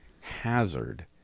hazard